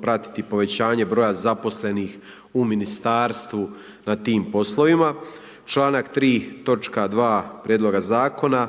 pratiti povećanje broja zaposlenih u Ministarstvu na tim poslovima. Članak 3. točka 2. Prijedloga zakona.